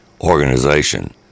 organization